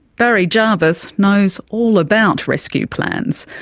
barry jarvis knows all about rescue plans,